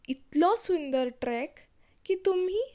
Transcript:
इतलो सुंदर ट्रॅक की तुम्ही